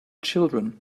children